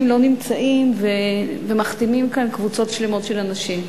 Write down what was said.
לא נמצאים ומחתימים כאן קבוצות שלמות של אנשים.